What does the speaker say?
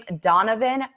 Donovan